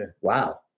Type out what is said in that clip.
Wow